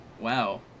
Wow